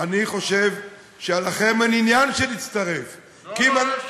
אני חושב שלכם אין עניין שנצטרף, כי אם, לא, לא.